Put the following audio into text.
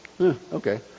okay